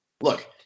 look